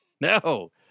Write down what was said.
No